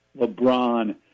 LeBron